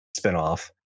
spinoff